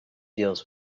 deals